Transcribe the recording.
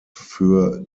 für